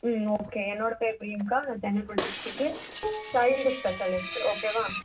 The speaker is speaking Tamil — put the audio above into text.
ம் ஓகே என்னோடய பேர் பிரியங்கா நான் Chengalpattu district child specialist okay வா